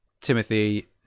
Timothy